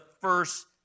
first